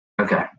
Okay